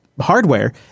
hardware